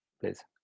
please